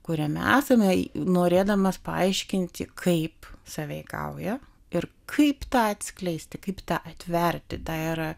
kuriame esame norėdamas paaiškinti kaip sąveikauja ir kaip tą atskleisti kaip tą atverti tai yra